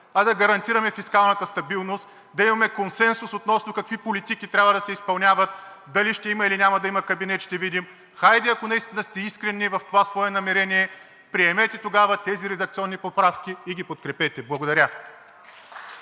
а да гарантираме фискалната стабилност, да имаме консенсус относно какви политики трябва да се изпълняват – дали ще има, или няма да има кабинет, ще видим. Хайде, ако наистина сте искрени в това свое намерение, приемете тези редакционни поправки и ги подкрепете. Благодаря.